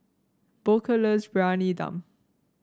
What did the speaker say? Booker loves Briyani Dum